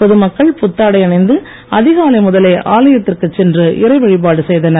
பொது மக்கள் புத்தாடை அணிந்து அதிகாலை முதலே ஆலயத்திற்கு சென்று இறைவழிபாடு செய்தனர்